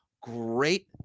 great